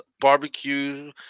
barbecue